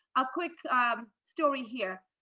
a quick story here.